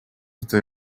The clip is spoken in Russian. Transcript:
этой